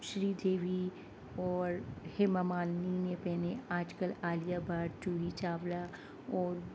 شری دیوی اور ہیمامالنی نے پہنے آج کل عالیہ بھٹ جوہی چاولہ اور